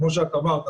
כמו שאת אמרת,